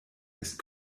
ist